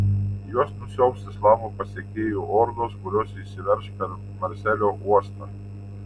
juos nusiaubs islamo pasekėjų ordos kurios įsiverš per marselio uostą